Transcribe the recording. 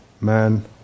man